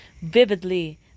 Vividly